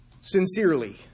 sincerely